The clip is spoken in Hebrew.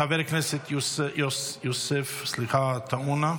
חבר הכנסת יוסף עטאונה,